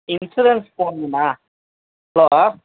insurance போடணுண்ணா hello